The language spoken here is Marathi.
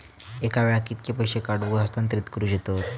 एका वेळाक कित्के पैसे काढूक व हस्तांतरित करूक येतत?